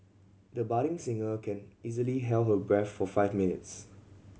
the budding singer can easily held her breath for five minutes